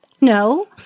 No